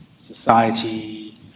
society